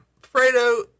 Fredo